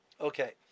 Okay